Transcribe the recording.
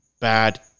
bad